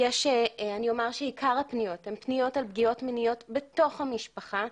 אני אומר שעיקר הפניות הן פניות על פגיעות מיניות בתוך המשפחה,